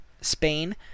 Spain